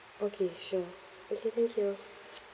okay sure okay thank you